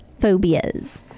phobias